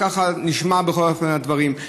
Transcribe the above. ככה נשמעים בכל אופן הדברים,